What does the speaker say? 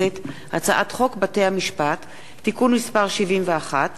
הצעת חוק בתי-המשפט (תיקון מס' 71)